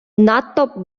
надто